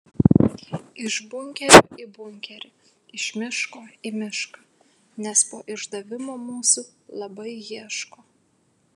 iš bunkerio į bunkerį iš miško į mišką nes po išdavimo mūsų labai ieško